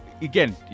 Again